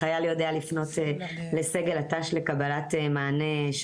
החייל יודע לפנות לסגל הת"ש לקבלת שלם.